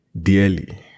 dearly